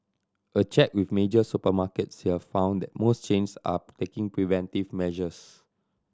a check with major supermarkets here found that most chains are taking preventive measures